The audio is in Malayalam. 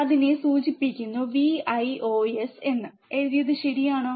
അതിനെ സൂചിപ്പിക്കുന്നു Vios എഴുതിയത് ശരിയാണോ